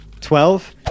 Twelve